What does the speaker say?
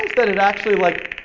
that it actually, like,